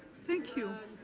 thank you.